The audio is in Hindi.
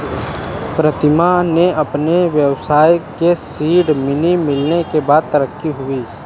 प्रीतम के अपने व्यवसाय के सीड मनी मिलने के बाद तरक्की हुई हैं